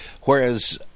Whereas